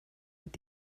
mit